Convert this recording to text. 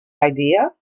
idea